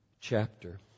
chapter